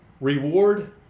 Reward